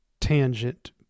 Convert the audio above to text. tangent